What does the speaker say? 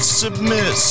submit